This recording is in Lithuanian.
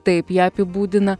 taip ją apibūdina